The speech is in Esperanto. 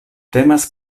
temas